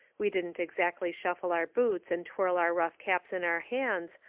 we didn't exactly shuffle our boots and twirl our rough caps in our hands,